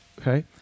Okay